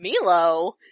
Milo